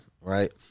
right